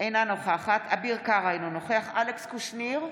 אינה נוכחת אביר קארה, אינו נוכח אלכס קושניר,